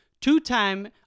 two-time